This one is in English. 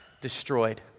destroyed